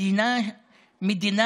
רדיפה, מדינה